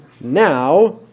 now